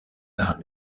par